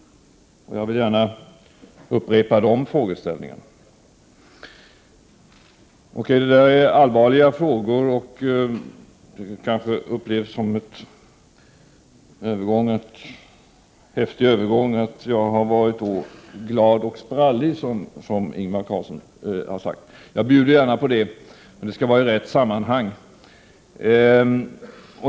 Jag vill gärna upprepa de frågeställningarna. Det här är allvarliga frågor, och det kanske upplevs som en häftig övergång att jag har varit glad och sprallig, som Ingvar Carlsson sagt. Jag bjuder gärna på det, men det skall vara i rätt sammanhang.